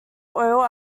oil